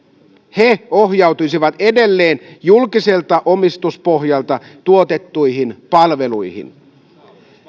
he ohjautuisivat edelleen julkiselta omistuspohjalta tuotettuihin palveluihin